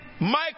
Michael